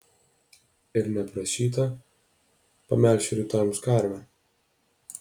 ir neprašyta pamelšiu rytoj jums karvę